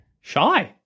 Shy